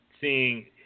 seeing